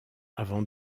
avant